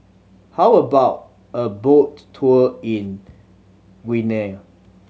how about a boat tour in Guinea